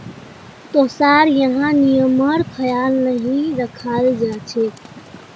तोसार यहाँ नियमेर ख्याल नहीं रखाल जा छेक